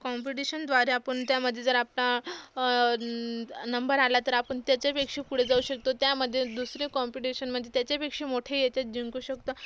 कॉम्पिटिशनद्वारे आपण त्यामध्ये जर आपला न नंबर आला तर आपण त्याच्यापेक्षा पुढे जाऊ शकतो त्यामधील दुसरे कॉम्पिटिशन म्हणजे त्याच्याहीपेक्षा मोठे याच्यात जिंकू शकतो